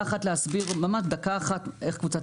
רק ברשותך תן לי להסביר ממש דקה אחת איך קבוצת